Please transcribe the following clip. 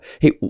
hey